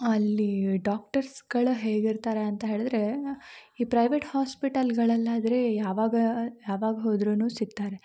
ಅಲ್ಲಿ ಡಾಕ್ಟರ್ಸ್ಗಳು ಹೇಗಿರ್ತಾರೆ ಅಂತ ಹೇಳಿದರೆ ಈ ಪ್ರೈವೇಟ್ ಹಾಸ್ಪಿಟಲ್ಗಳಲ್ಲಾದರೆ ಯಾವಾಗ ಯಾವಾಗ ಹೋದ್ರೂ ಸಿಕ್ತಾರೆ